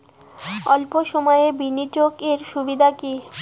অল্প সময়ের বিনিয়োগ এর সুবিধা কি?